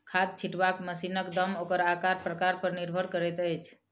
खाद छिटबाक मशीनक दाम ओकर आकार प्रकार पर निर्भर करैत अछि